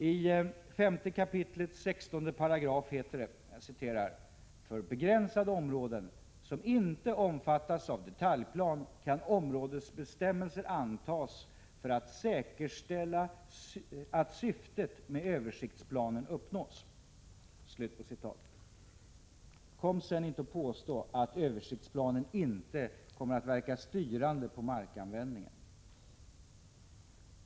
I 5 kap. 16 § heter det: ”För begränsade områden som inte omfattas av detaljplan kan områdesbestämmelser antas för att säkerställa att syftet med översiktsplanen uppnås ———.” Kom sedan inte och påstå att översiktsplanen inte kommer att verka styrande på markanvändningen!